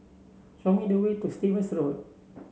show me the way to Stevens Road